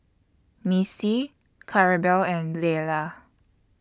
Missy Claribel and Leila